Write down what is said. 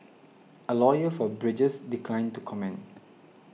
a lawyer for Bridges declined to comment